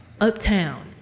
Uptown